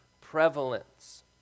prevalence